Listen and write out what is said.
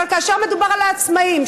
אבל כאשר מדובר על העצמאים,